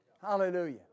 Hallelujah